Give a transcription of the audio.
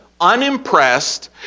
unimpressed